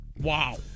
Wow